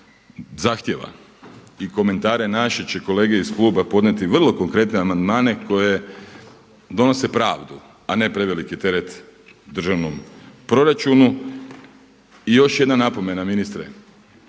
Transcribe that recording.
zahtijeva i komentare naše će kolege iz kluba podnijeti vrlo konkretne amandmane koje donose pravdu, a ne preveliki teret državnom proračunu. I još jedna napomena ministre.